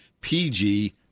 PG